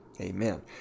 Amen